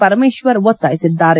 ಪರಮೇಶ್ವರ್ ಒತ್ತಾಯಿಸಿದ್ದಾರೆ